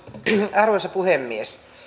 arvoisa puhemies